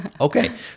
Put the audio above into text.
okay